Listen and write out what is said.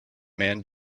man